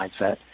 mindset